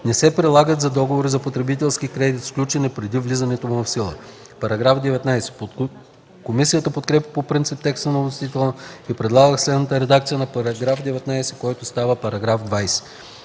не се прилагат за договори за потребителски кредит, сключени преди влизането му в сила.” Комисията подкрепя по принцип текста на вносителя и предлага следната редакция на § 19, който става § 20: „§ 20.